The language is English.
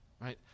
right